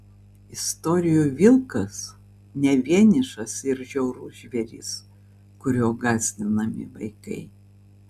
istorijų vilkas ne vienišas ir žiaurus žvėris kuriuo gąsdinami vaikai